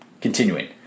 Continuing